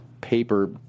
paper